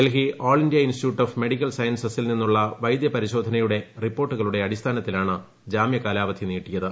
ഡ്രൽഫി all India institute of medical സയൻസിൽ നിന്നുള്ള വൈദ്യപരിശോധന റിപ്പോർട്ടുകളുടെ അടിസ്ഥാനത്തിലാണ് ജാമൃ കാലാവധി നീട്ടിയത്